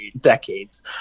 decades